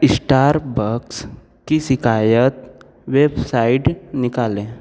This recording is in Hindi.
स्टारबक्स की शिकायत वेबसाइड निकालें